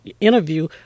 interview